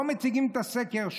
לא מציגים את הסקר,